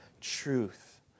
truth